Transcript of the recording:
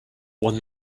one